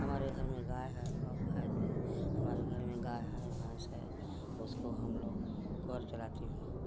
हमारे घर में गाय है और भैंस है हमारे घर में गाय है भैंस है उसको हम लोग चलाती हैं